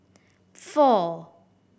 four